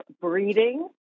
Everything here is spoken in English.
breeding